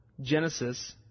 Genesis